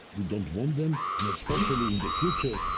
we don't want them, and especially in the future,